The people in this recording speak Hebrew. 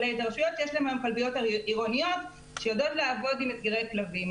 אלו רשויות שיש בהן כלביות עירוניות שיודעות לעבוד עם הסגרי כלבים.